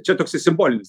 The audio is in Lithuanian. čia toksai simbolinis